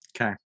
Okay